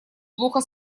плохо